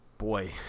boy